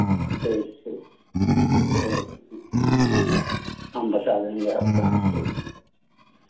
ठीक ठीक ठीक हम बता देंगे आपको ठीक